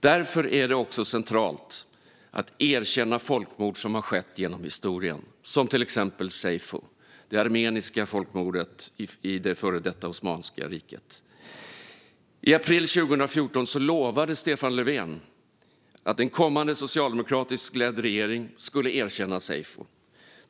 Därför är det centralt att erkänna folkmord som skett genom historien, till exempel seyfo, det armeniska folkmordet i före detta Osmanska riket. I april 2014 lovade Stefan Löfven att en kommande socialdemokratiskt ledd regering skulle erkänna seyfo.